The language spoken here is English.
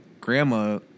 grandma